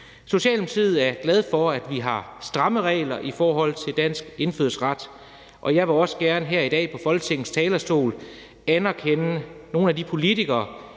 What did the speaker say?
Socialdemokratiet er glade for, at vi har stramme regler i forhold til dansk indfødsret, og jeg vil også gerne her i dag på Folketingets talerstol anerkende nogle af de politikere,